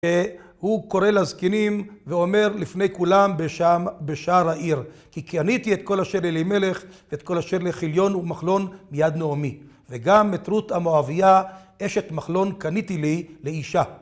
הוא קורא לזקנים ואומר לפני כולם בשער העיר: כי קניתי את כל אשר לאלימלך ואת כל אשר לחיליון ומחלון מיד נעמי. וגם את רות המואביה אשת מחלון קניתי לי לאישה